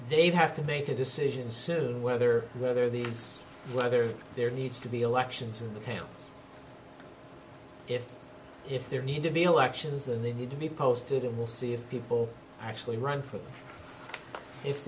they'd have to make a decision soon whether whether these whether there needs to be elections in the towns if if there need to be elections then they need to be posted and will see if people actually run for if